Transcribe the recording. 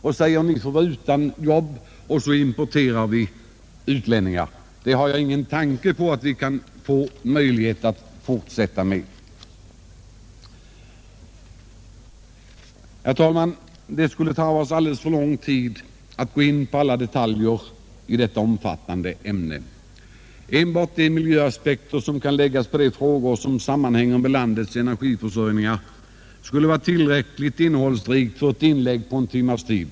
Att dessa människor blir utan jobb och vi i stället importerar utlänningar är ett förfarande som jag anser att vi inte kan få fortsätta med. Herr talman! Det skulle ta alldeles för lång tid att gå in på alla detaljer i detta omfattande ämne. Enbart de miljöaspekter som kan läggas på de frågor som sammanhänger med landets energiförsörjning skulle vara tillräckliga för ett inlägg på en timmes tid.